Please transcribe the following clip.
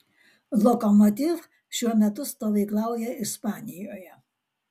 lokomotiv šiuo metu stovyklauja ispanijoje